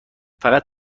فقط